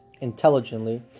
intelligently